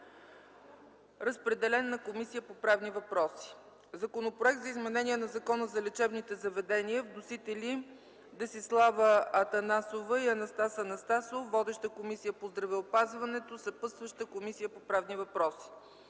Разпределен е на Комисията по правни въпроси. Законопроект за изменение на Закона за лечебните заведения. Вносители – Десислава Атанасова и Анастас Анастасов. Водеща е Комисията по здравеопазването, съпътстваща е Комисията по правни въпроси.